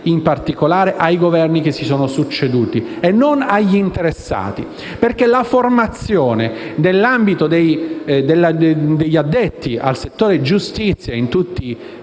direttamente ai Governi che si sono succeduti e non agli interessati, perché la formazione nell'ambito degli addetti del settore giustizia - in tutte le